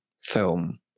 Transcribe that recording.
film